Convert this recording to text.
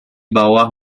bawah